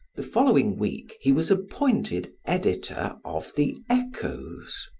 the following week he was appointed editor of the echoes,